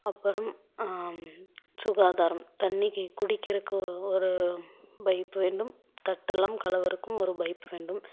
அப்புறம் சுகாதாரம் தண்ணிக்கு குடிக்கிறதுக்கு ஓ ஒரு பைப்பு வேண்டும் தட்டு எல்லாம் கழுவுகிறக்கும் ஒரு பைப்பு வேண்டும்